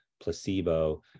placebo